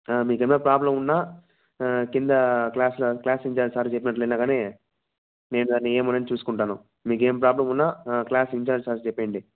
మీకేమన్న problem ఉన్నా కింద క్లాస్లో క్లాస్ ఇంచార్జ్ సార్కి చెప్పినట్లున్నా కానీ నేను దాన్ని ఏమని చూసుకుంటాను మీకేం ప్రాబ్లమ్ ఉన్నా ఆ క్లాస్ ఇంఛార్జ్ సార్కి చెప్పేయండి